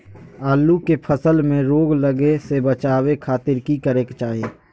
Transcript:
आलू के फसल में रोग लगे से बचावे खातिर की करे के चाही?